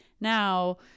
now